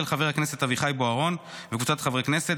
של חבר הכנסת אביחי בוארון וקבוצת חברי הכנסת.